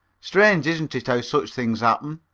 strange, isn't it, how such things happen.